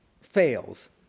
fails